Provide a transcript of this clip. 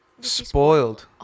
spoiled